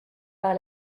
par